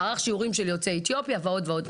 מערך שיעורים של יוצאי אתיופיה ועוד ועוד.